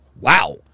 Wow